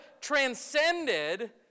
transcended